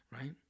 right